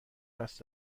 دست